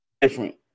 Different